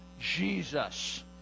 Jesus